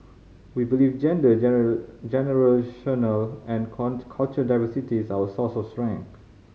we believe gender generational and can't cultural diversity is our source of strength